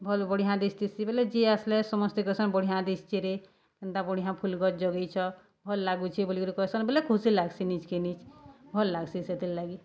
ଭଲ୍ ବଢ଼ିଁଆ ଦିଶୁଥିସି ବେଲେ ଯେ ଆସ୍ଲେ ସମସ୍ତେ କହେସନ୍ ବଢ଼ିଆଁ ଦିସୁଛେରେ କେନ୍ତା ବଢ଼ିଆଁ ଫୁଲ୍ ଗଛ୍ ଜଗେଇଛ ଭଲ୍ ଲାଗୁଛେ ବଲିକରି କହେସନ୍ ବେଲେ ଖୁସି ଲାଗ୍ସି ନିଜ୍କେ ନିଜ୍ ଭଲ୍ ଲାଗ୍ସି ସେଥିର୍ ଲାଗି